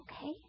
okay